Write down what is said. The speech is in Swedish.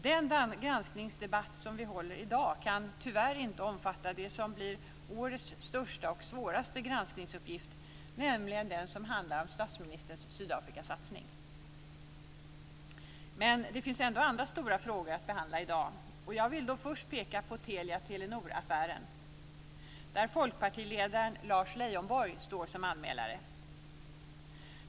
Den granskningsdebatt vi håller i dag kan tyvärr inte omfatta det som blir årets största och svåraste granskningsuppgift, nämligen den som handlar om statsministerns Sydafrikasatsning. Men det finns ändå andra stora frågor att behandla i dag. Jag vill först peka på Telia-Telenor-affären, där Folkpartiledaren Lars Lejonborg står som anmälare.